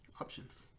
options